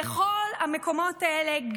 בכל המקומות האלה,